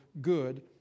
good